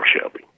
Shelby